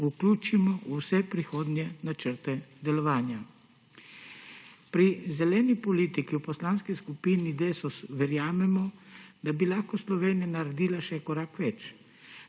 vključimo v vse prihodnje načrte delovanja. Pri zeleni politiki v Poslanski skupini Desus verjamemo, da bi lahko Slovenija naredila še korak več.